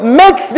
make